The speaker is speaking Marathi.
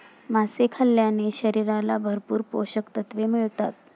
मासे खाल्ल्याने शरीराला भरपूर पोषकतत्त्वे मिळतात